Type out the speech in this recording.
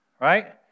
Right